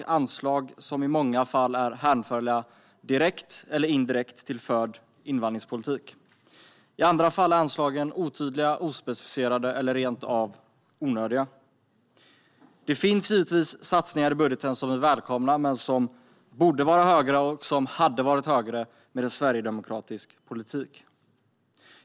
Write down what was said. Det är anslag som i många fall är hänförliga direkt eller indirekt till förd invandringspolitik. I andra fall är anslagen otydliga, ospecificerade eller rent av onödiga. Det finns givetvis satsningar i budgeten som är välkomna, men de borde vara högre och hade varit högre med en sverigedemokratisk politik.